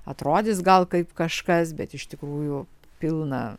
atrodys gal kaip kažkas bet iš tikrųjų pilna